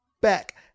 back